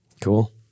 Cool